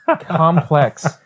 complex